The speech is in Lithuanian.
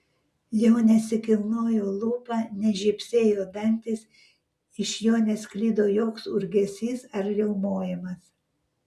jau nesikilnojo lūpa nežybsėjo dantys iš jo nesklido joks urzgesys ar riaumojimas